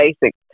basic